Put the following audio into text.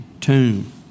tomb